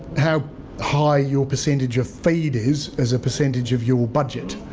how high your percentage of feed is as a percentage of your budget,